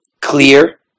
clear